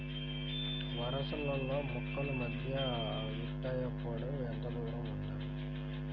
వరసలలో మొక్కల మధ్య విత్తేప్పుడు ఎంతదూరం ఉండాలి?